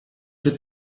czy